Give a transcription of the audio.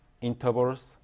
intervals